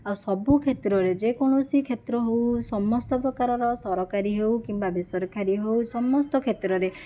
ଆଉ ସବୁ କ୍ଷେତ୍ରରେ ଯେ କୌଣସି କ୍ଷେତ୍ର ହେଉ ସମସ୍ତ ପ୍ରକାରର ସରକାରୀ ହେଉ କିମ୍ବା ବେସରକାରୀ ହେଉ ସମସ୍ତ କ୍ଷେତ୍ରରେ